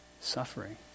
suffering